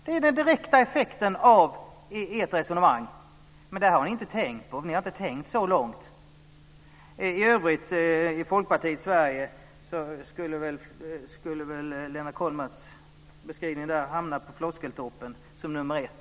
Det är den direkta effekten av ert resonemang, men ni har inte tänkt så långt. För övrigt skulle väl i Folkpartiets Sverige Lennart Kollmats hamna på floskeltoppen som nr 1.